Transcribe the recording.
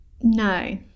No